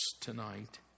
tonight